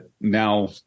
now